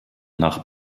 nach